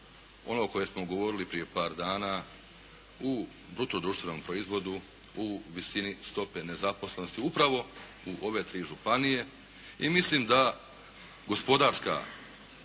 ono o kojem smo govorili prije par dana u bruto društvenom proizvodu u visini stope nezaposlenosti upravo u ove tri županije i mislim da gospodarska